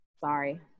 Sorry